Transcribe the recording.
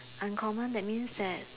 uncommon that means that